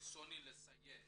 ברצוני לציין